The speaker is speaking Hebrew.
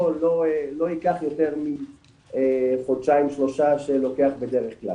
לא ייקח יותר מחודשיים-שלושה שלוקח בד"כ,